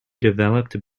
developed